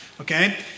Okay